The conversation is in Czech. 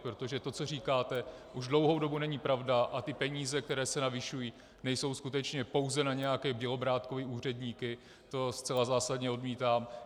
Protože to, co říkáte, už dlouhou dobu není pravda, a ty peníze, které se navyšují, nejsou skutečně pouze na Bělobrádkovy úředníky, to zcela zásadně odmítám.